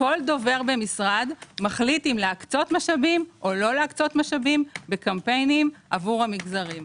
כל גוף במשרד מחליט אם להקצות משאבים או לא בקמפיינים עבור המגזרים.